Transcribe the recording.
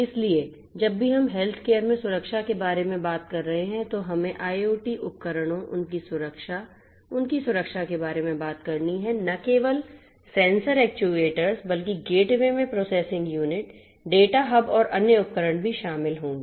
इसलिए जब भी हम हेल्थकेयर में सुरक्षा के बारे में बात कर रहे हैं तो हमें IoT उपकरणों उनकी सुरक्षा उनकी सुरक्षा के बारे में बात करनी है न केवल सेंसर एक्ट्यूएटर्स बल्कि गेटवे में प्रोसेसिंग यूनिट डेटा हब और अन्य उपकरण भी शामिल होंगे